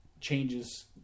changes